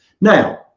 Now